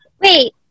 Wait